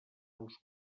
als